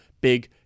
big